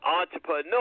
entrepreneur